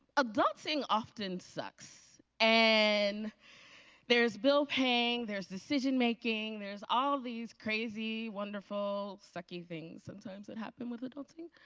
adulting often sucks. and there's bill paying. there's decisionmaking. there's all these crazy, wonderful, sucky things sometimes that happens with adulting.